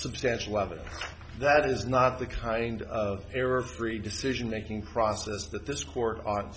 substantial whether that is not the kind of error free decision making process that this court